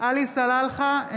עלי סלאלחה,